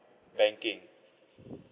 banking